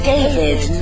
David